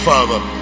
Father